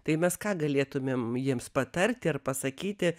tai mes ką galėtumėm jiems patarti ir pasakyti